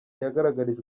yagaragarijwe